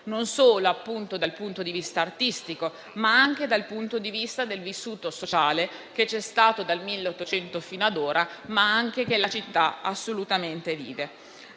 non solo dal punto di vista artistico, ma anche dal punto di vista del vissuto sociale che c'è stato dal 1800 fino ad ora, che la città assolutamente vive.